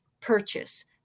purchase